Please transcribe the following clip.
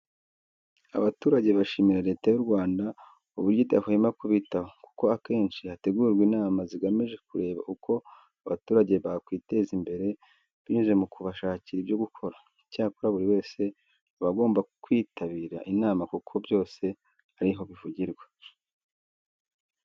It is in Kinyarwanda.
Abaturage bashimira Leta y'u Rwanda uburyo idahwema kubitaho, kuko akenshi hategurwa inama zigamije kureba uko abaturage bakiteza imbere binyuze mu kubashakira ibyo gukora. Icyakora buri wese aba agomba kwitabira inama kuko byose ari ho bivugirwa.